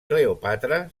cleòpatra